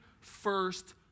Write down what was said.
first